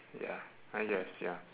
ya I guess ya